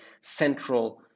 central